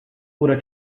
ora